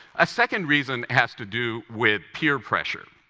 a second reason has to do with peer pressure.